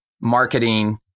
marketing